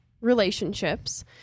relationships